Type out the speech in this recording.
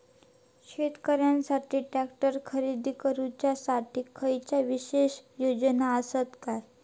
शेतकऱ्यांकसाठी ट्रॅक्टर खरेदी करुच्या साठी खयच्या विशेष योजना असात काय?